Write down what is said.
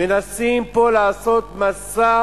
מנסים פה לעשות מסע